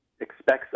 expects